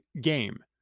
game